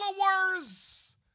followers